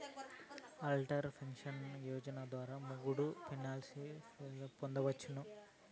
Atal pension Yojana ద్వారా మొగుడూ పెల్లాలిద్దరూ పెన్సన్ పొందొచ్చును